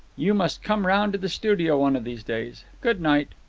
you must come round to the studio one of these days. good night.